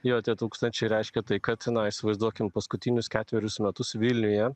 jo tie tūkstančiai reiškia tai kad na įsivaizduokim paskutinius ketverius metus vilniuje